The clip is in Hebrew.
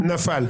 נפל.